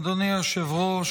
אדוני היושב-ראש,